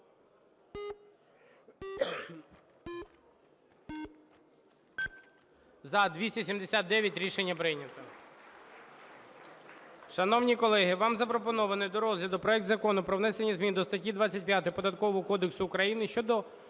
За-279 Рішення прийнято. Шановні колеги, вам запропонований до розгляду проект Закону про внесення зміни до статті 252 Податкового